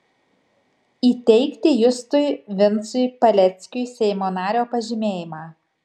įteikti justui vincui paleckiui seimo nario pažymėjimą